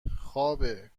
خوابه